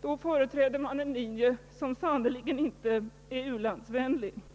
då företräder de sannerligen inte en ulandsvänlig linje.